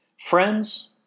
Friends